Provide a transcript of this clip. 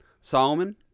Solomon